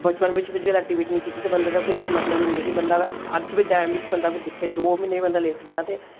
बचपन बिच्च physical activity नी कीती ते बंदा फिर कोई मतलब ही नेई ऐ बंदा अगर अज्ज बी टैम बिच्च बंदा दिक्खै दो म्हीने बी म्हीने बी बंदा लेटी जा ते